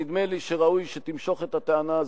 נדמה לי שראוי שתמשוך את הטענה הזאת,